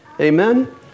Amen